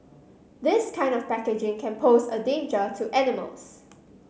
this kind of packaging can pose a danger to animals